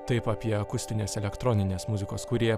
taip apie akustinės elektroninės muzikos kūrėją